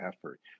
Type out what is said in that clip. effort